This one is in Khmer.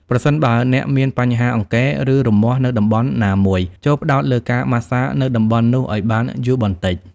ប្រសិនបើអ្នកមានបញ្ហាអង្គែរ ឬរមាស់នៅតំបន់ណាមួយ ចូរផ្តោតលើការម៉ាស្សានៅតំបន់នោះឲ្យបានយូរបន្តិច។